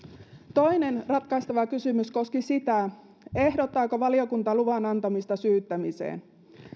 toinen ratkaistava kysymys koski sitä ehdottaako valiokunta luvan antamista syyttämiseen